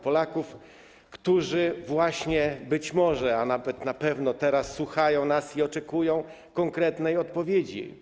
Polaków, którzy być może, a nawet na pewno teraz słuchają nas i oczekują konkretnej odpowiedzi.